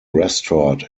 restored